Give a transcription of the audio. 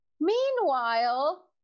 Meanwhile